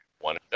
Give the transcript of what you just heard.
One